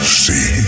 see